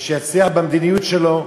ושיצליח במדיניות שלו,